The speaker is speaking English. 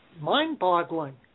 mind-boggling